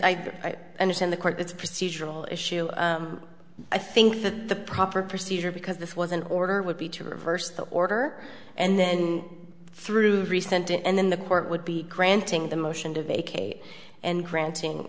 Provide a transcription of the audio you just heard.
i understand the court it's a procedural issue i think that the proper procedure because this was an order would be to reverse the order and then through the recent and then the court would be granting the motion to vacate and granting